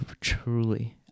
truly